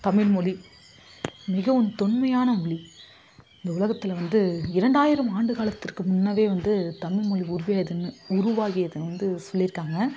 தமிழ் மொழி மிகவும் தொன்மையான மொழி இந்த உலகத்தில் வந்து இரண்டாயிரம் ஆண்டு காலத்திற்கு முன்னவே வந்து தமிழ் மொழி உருவாகியிதுன்னு உருவாகியது வந்து சொல்லியிருக்காங்க